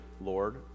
Lord